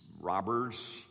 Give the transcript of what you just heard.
robbers